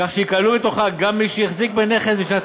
כך שייכללו בתוכו גם מי שהחזיקו בנכס בשנת